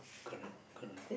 correct correct